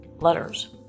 letters